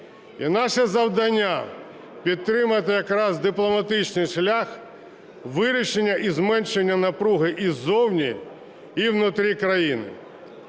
І наше завдання – підтримати якраз дипломатичний шлях вирішення і зменшення напруги і ззовні, і внутри країни.